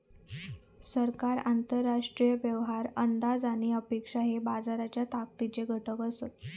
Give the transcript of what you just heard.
सरकार, आंतरराष्ट्रीय व्यवहार, अंदाज आणि अपेक्षा हे बाजाराच्या ताकदीचे घटक असत